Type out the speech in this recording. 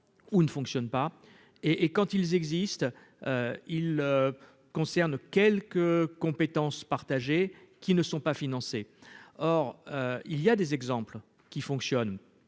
ou ne fonctionne pas et et quand ils existent, il concerne quelques compétences partagées, qui ne sont pas financés, or il y a des exemples qui fonctionnent,